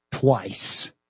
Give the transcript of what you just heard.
twice